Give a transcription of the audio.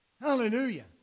Hallelujah